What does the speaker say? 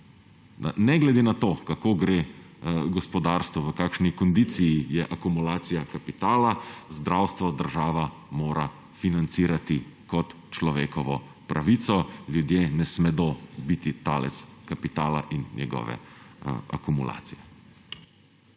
Ne glede na to, kako gre gospodarstvu, v kakšni kondiciji je akumulacija kapitala, zdravstvo država mora financirati kot človekovo pravico, ljudje ne smejo biti talec kapitala in njegove akumulacije.